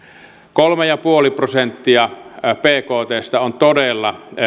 kolme pilkku viisi prosenttia bktstä on todella